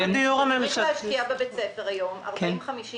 צריך להשקיע בבית הספר היום 40 50